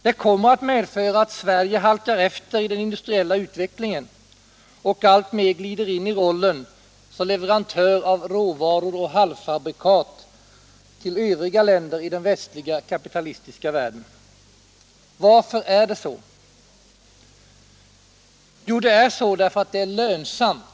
Det kommer att medföra att Sverige halkar efter i den industriella utvecklingen och alltmer glider in i rollen som leverantör av råvaror och halvfabrikat till övriga länder i den västliga, kapitalistiska världen. Varför är det så? Jo, det är så därför att det är lönsamt.